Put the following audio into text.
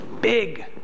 big